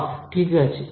half ঠিক আছে